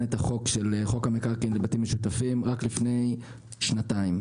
את חוק המקרקעין לבתים משותפים רק לפני שנתיים.